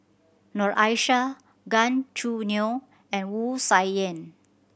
Noor Aishah Gan Choo Neo and Wu Tsai Yen